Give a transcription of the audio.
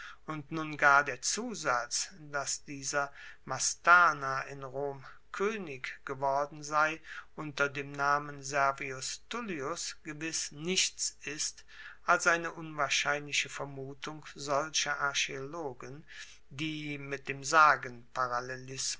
und nun gar der zusatz dass dieser mastarna in rom koenig geworden sei unter dem namen servius tullius gewiss nichts ist als eine unwahrscheinliche vermutung solcher archaeologen die mit dem